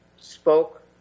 Spoke